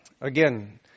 Again